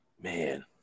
Man